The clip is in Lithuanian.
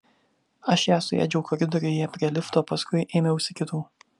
aš ją suėdžiau koridoriuje prie lifto paskui ėmiausi kitų